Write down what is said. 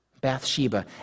Bathsheba